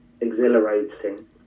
exhilarating